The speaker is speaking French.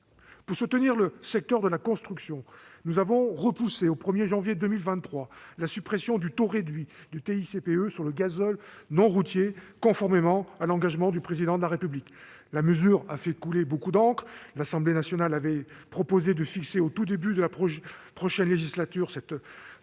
Pour soutenir le secteur de la construction, nous avons reporté au 1 janvier 2023 la suppression du taux réduit de TICPE applicable au gazole non routier, conformément à l'engagement du Président de la République. La mesure a fait couler beaucoup d'encre. L'Assemblée nationale avait proposé de fixer au tout début de la prochaine législature cette suppression.